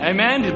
Amen